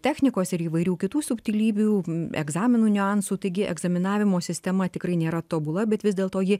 technikos ir įvairių kitų subtilybių egzaminų niuansų taigi egzaminavimų sistema tikrai nėra tobula bet vis dėlto ji